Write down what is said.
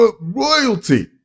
royalty